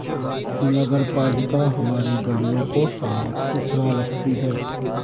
नगरपालिका हमारी गलियों को साफ़ सुथरा रखती है